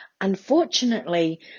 Unfortunately